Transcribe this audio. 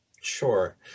Sure